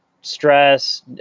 stress